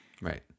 right